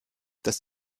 das